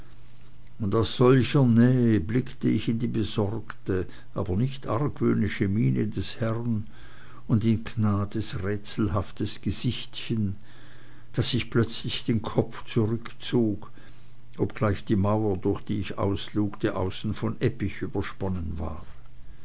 und aus solcher nähe blickte ich in die besorgte aber nicht argwöhnische miene des herrn und in gnades rätselhaftes gesichtchen daß ich plötzlich den kopf zurückbog obgleich die mauer durch die ich auslugte außen von eppich übersponnen war